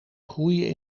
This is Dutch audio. groeien